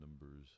Numbers